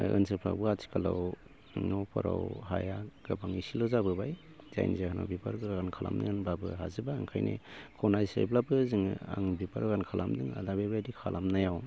ओनसोलफ्रावबो आथिखालाव न'फोराव हाया गोबां एसेल' जाबोबाय जायनि जाहोनाव बिबार बागान खालामनो होनब्लाबो हाजोबा ओंखायनो खनासेब्लाबो जोङो आं बिबार बागान खालामदों आर दा बेबायदि खालामनायाव